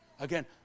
Again